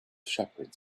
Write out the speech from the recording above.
shepherds